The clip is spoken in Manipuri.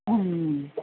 ꯎꯝ